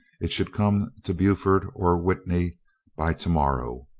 it should come to burford or witney by to morrow.